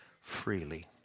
freely